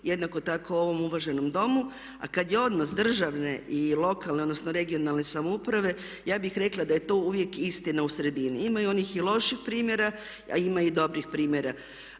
jednako tako u ovom uvaženom Domu. A kada je odnos državne i lokalne, odnosno regionalne samouprave ja bih rekla da je to uvijek istina u sredini. Ima i onih i loših primjera a ima i dobrih primjera.